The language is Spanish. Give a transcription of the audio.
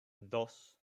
dos